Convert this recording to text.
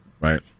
Right